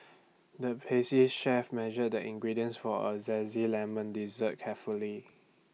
the pastry chef measured the ingredients for A Zesty Lemon Dessert carefully